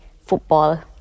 football